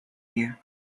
you